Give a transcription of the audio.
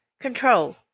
Control